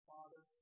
Father